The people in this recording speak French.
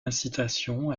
incitation